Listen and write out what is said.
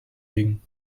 legen